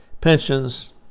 pensions